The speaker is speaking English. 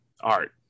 art